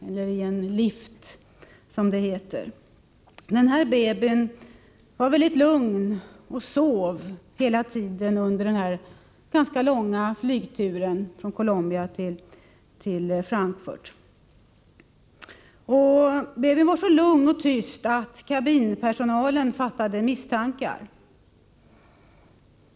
Babyn var mycket lugn och sov under hela den långa flygturen. Ja, babyn var så lugn och tyst att kabinpersonalen fattade misstankar.